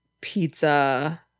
pizza